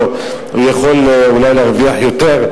הוא יכול אולי להרוויח יותר,